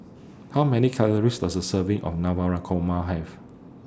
How Many Calories Does A Serving of Navratan Korma Have